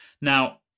Now